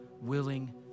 willing